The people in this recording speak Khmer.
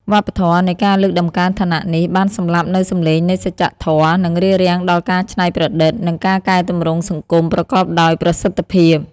វប្បធម៌នៃការលើកតម្កើងឋានៈនេះ បានសម្លាប់នូវសំឡេងនៃសច្ចធម៌ និងរារាំងដល់ការច្នៃប្រឌិត និងការកែទម្រង់សង្គមប្រកបដោយប្រសិទ្ធភាព។